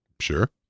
Sure